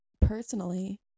personally